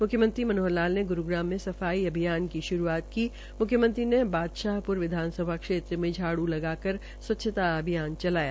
मुख्यमंत्री मनोहर लाल ने ग़ुरूग़ाम में सफाई अभियान की शुरूआत की मुख्यमंत्री ने बादशाहपुर विधानसभा क्षेत्र में झाड़ लगाकर स्वच्छता अभियान चलाया